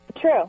True